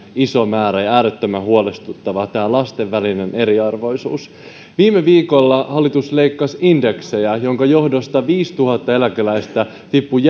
iso määrä ja äärettömän huolestuttavaa on tämä lasten välinen eriarvoisuus viime viikolla hallitus leikkasi indeksejä minkä johdosta viisituhatta eläkeläistä tippui